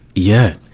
yeah,